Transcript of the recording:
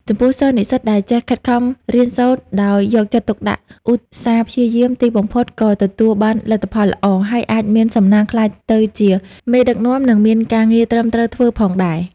ចំពោះសិស្ស និស្សិតដែលចេះខិតខំរៀនសូត្រដោយយកចិត្តទុកដាក់ ឧស្សាហ៍ព្យាយាម ទីបំផុត ក៏ទទួលបានលទ្ធផលល្អ ហើយអាចមានសំណាងក្លាយទៅជាមេដឹកនាំនិងមានការងារត្រឹមត្រូវធ្វើផងដែរ។